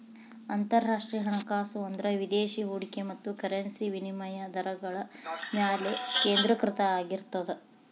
ಅಂತರರಾಷ್ಟ್ರೇಯ ಹಣಕಾಸು ಅಂದ್ರ ವಿದೇಶಿ ಹೂಡಿಕೆ ಮತ್ತ ಕರೆನ್ಸಿ ವಿನಿಮಯ ದರಗಳ ಮ್ಯಾಲೆ ಕೇಂದ್ರೇಕೃತ ಆಗಿರ್ತದ